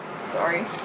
Sorry